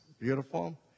Beautiful